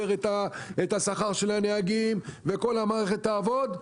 את השכר של הנהגים וכל המערכת תעבוד,